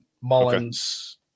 Mullins